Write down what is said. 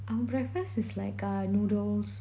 our breakfast is like uh noodles